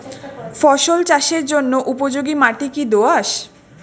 ফসল চাষের জন্য উপযোগি মাটি কী দোআঁশ?